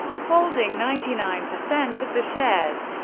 holding ninety nine percent of the shares.